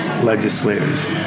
legislators